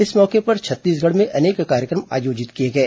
इस मौके पर छत्तीसगढ़ में अनेक कार्यक्रम आयोजित किए गए